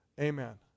Amen